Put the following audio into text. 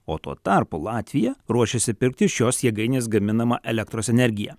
o tuo tarpu latvija ruošiasi pirkti šios jėgainės gaminamą elektros energiją